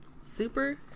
super